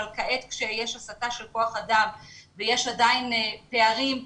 אבל כעת כשיש הסטה של כוח אדם ויש עדיין פערים,